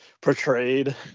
portrayed